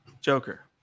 Joker